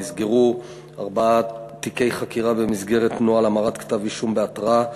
נסגרו ארבעה תיקי חקירה במסגרת תנועה להמרת כתב-אישום בהתראה,